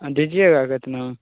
आ दीजिएगा कितना में